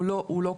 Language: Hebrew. הוא לא קצר.